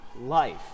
Life*